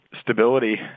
stability